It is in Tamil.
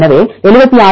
எனவே 76